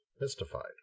mystified